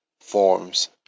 forms